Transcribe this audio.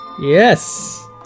Yes